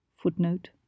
Footnote